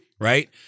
Right